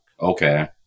Okay